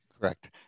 Correct